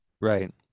Right